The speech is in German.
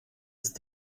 ist